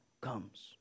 comes